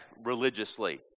religiously